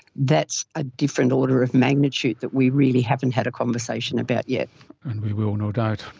that's a different order of magnitude that we really haven't had a conversation about yet. and we we will no doubt.